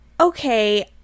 Okay